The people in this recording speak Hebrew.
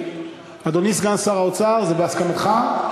אדוני, סגן שר האוצר, זה בהסכמתך?